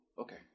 Okay